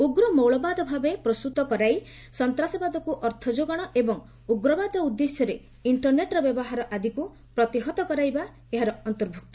ଉଗ୍ର ମୌଳବାଦ ଭାବେ ପ୍ରସ୍ତୁତ କରାଇ ସନ୍ତାସବାଦକୁ ଅର୍ଥ ଯୋଗାଣ ଏବଂ ଉଗ୍ରବାଦ ଉଦ୍ଦେଶ୍ୟରେ ଇଷ୍ଟରନେଟ୍ର ବ୍ୟବହାର ଆଦିକୁ ପ୍ରତିହତ କରାଇବା ଏହାର ଅନ୍ତର୍ଭୁକ୍ତ